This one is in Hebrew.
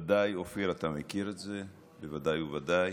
ודאי, אופיר, אתה מכיר את זה, בוודאי ובוודאי.